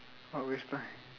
what waste time